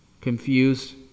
confused